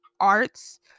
arts